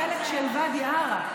החלק של ואדי עארה,